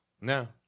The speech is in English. No